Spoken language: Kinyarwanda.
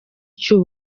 cy’u